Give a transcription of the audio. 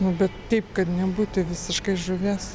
nu bet taip kad nebūtų visiškai žuvies